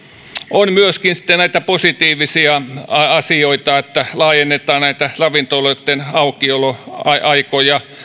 on myöskin sitten näitä positiivisia asioita että laajennetaan näitä ravintoloitten aukioloaikoja luodaan